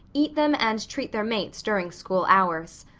eat them and treat their mates during school hours.